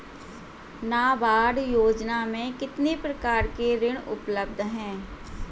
नाबार्ड योजना में कितने प्रकार के ऋण उपलब्ध हैं?